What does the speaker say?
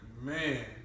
man